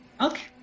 Okay